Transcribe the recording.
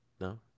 no